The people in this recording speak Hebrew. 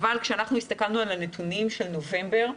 אבל כשהסתכלנו בנתוני נובמבר,